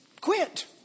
quit